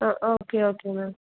O okay okay ma'am